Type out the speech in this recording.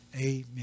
Amen